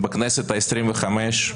בכנסת העשרים-חמש,